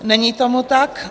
Není tomu tak.